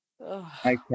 Okay